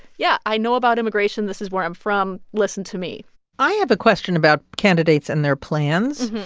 yeah, i know about immigration. this is where i'm from. listen to me i have a question about candidates and their plans.